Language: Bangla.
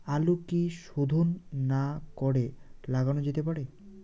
আলু কি শোধন না করে লাগানো যেতে পারে?